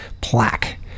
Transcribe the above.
plaque